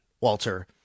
Walter